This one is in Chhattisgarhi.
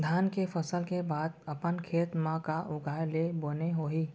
धान के फसल के बाद अपन खेत मा का उगाए ले बने होही?